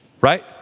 right